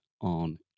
on